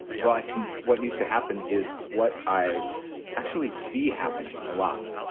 well, i think what needs to happen is what i actually see happening a lot,